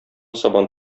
сабан